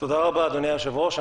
תודה רבה, אדוני היושב-ראש.